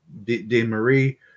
DeMarie